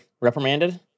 reprimanded